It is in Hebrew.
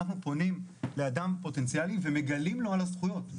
אנחנו פונים לאותו אדם פוטנציאלי ומגלים לו על הזכויות,